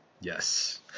Yes